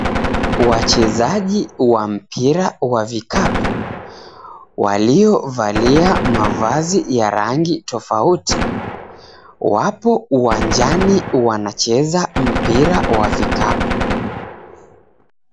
Wachezaji wa mpira wa vikapu waliovalia mavazi ya rangi tofautitofauti wapo uwanjani wanacheza mpira wa vikapu.